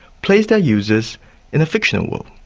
place their users in a fictional world.